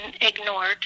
ignored